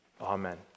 Amen